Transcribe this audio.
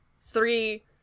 three